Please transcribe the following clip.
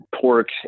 pork